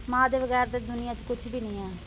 मां दे बगैर ते दुनिया च कुछ बी नी ऐ